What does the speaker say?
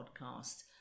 podcast